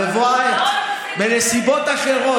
עאידה, בבוא העת, בנסיבות אחרות.